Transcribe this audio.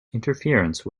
interference